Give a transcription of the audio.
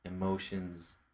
emotions